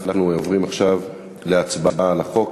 אנחנו עוברים עכשיו להצבעה על החוק.